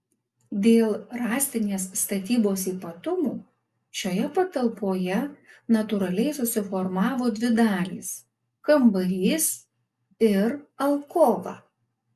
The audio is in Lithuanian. dėl rąstinės statybos ypatumų šioje patalpoje natūraliai susiformavo dvi dalys kambarys ir alkova